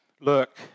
look